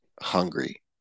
hungry